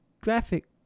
Graphic